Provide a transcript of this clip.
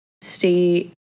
state